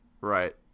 Right